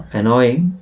annoying